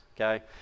okay